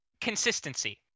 consistency